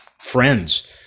friends